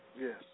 Yes